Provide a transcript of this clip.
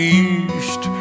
east